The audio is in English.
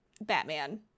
Batman